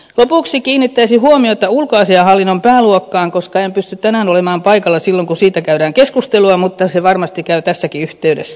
lopuksi kiinnittäisin huomiota ulkoasiainhallinnon pääluokkaan koska en pysty tänään olemaan paikalla silloin kun siitä käydään keskustelua mutta se varmasti käy tässäkin yhteydessä